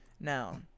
now